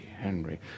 Henry